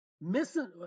Missing